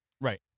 Right